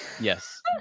Yes